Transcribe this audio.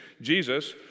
Jesus